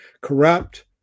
corrupt